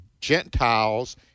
Gentiles